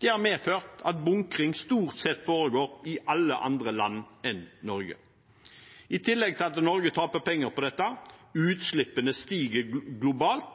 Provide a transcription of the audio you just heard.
Det har medført at bunkring stort sett foregår i alle andre land enn Norge. I tillegg til at Norge taper penger på dette, og at utslippene stiger globalt,